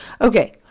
Okay